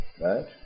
Right